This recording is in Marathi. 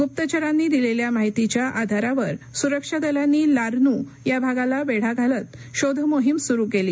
गुप्तचरांनी दिलेल्या माहितीच्या आधारावर सुरक्षा दलांनी लारनू या भागाला वेढा घालत शोध मोहीम सुरू केली